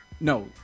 No